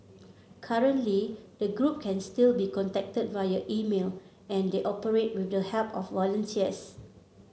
currently the group can still be contacted via email and they operate with the help of volunteers